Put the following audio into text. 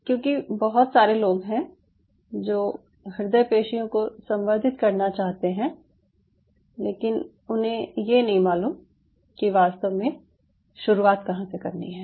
क्यूंकि बहुत सारे लोग हैं जो हृदय पेशियों को संवर्धित करना चाहते हैं लेकिन उन्हें ये नहीं मालूम कि वास्तव में शुरुआत कहाँ से करनी है